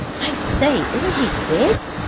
i say, isn't he big!